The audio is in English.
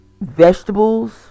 vegetables